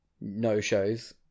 no-shows